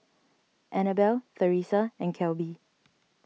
Anabelle theresa and Kelby